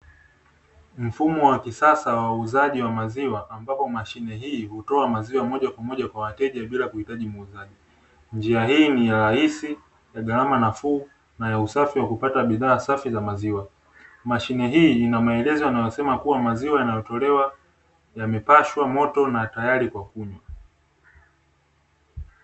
Mfumo wa kisasa wa uuzaji wa maziwa ambao mashine hii hutoa huduma kwa wateja bila kuwepo kwa muuzaji, njia hii ya rahisi gharama nafuuna ya usafi wa kupata bidhaa safi za maziwa, mashine hii ina maelezo ya kuwa maziwa yanayotolewa yamepashwa na tayari kwa kunywa.